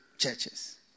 churches